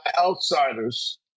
outsiders